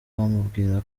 bamubwira